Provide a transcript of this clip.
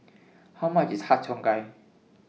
How much IS Har Cheong Gai